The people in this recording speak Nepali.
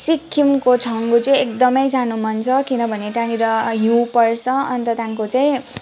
सिक्किमको छङ्गू चाहिँ एक्दमै जानु मन छ किनभने त्यहाँनिर हिउँ पर्छ अन्त त्यहाँदेखिको चाहिँ